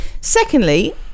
Secondly